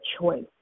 choice